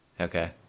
Okay